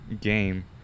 game